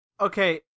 okay